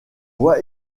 voit